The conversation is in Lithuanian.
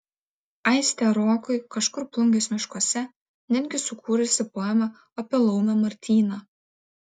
aistė rokui kažkur plungės miškuose netgi sukūrusi poemą apie laumę martyną